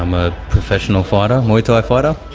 um a professional fighter, muay thai fighter.